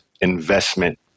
investment